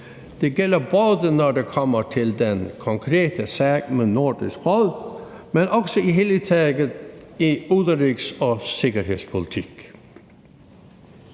Det gælder både, når det kommer til den konkrete sag med Nordisk Råd, men også i det hele taget i udenrigs- og sikkerhedspolitik.